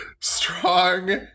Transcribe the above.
strong